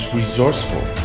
resourceful